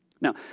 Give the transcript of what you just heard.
Now